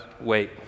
wait